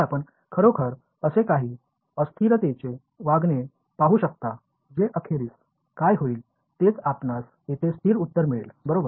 तर आपण खरोखर असे काही अस्थिरतेचे वागणे पाहु शकता जे अखेरीस काय होईल तेच आपणास येथे स्थिर उत्तर मिळेल बरोबर